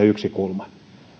yksi kulma